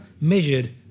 measured